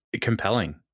compelling